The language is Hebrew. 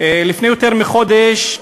לפני יותר מחודש,